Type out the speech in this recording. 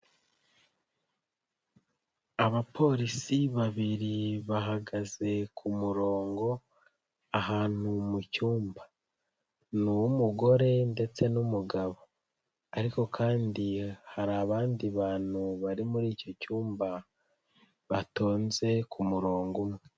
Abapolisi babiri bahagaze ku murongo ahantu mu cyumba, ni uw'umugore ndetse n'umugabo ariko kandi hari abandi bantu bari muri icyo cyumba batonze ku murongo umwe.